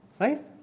right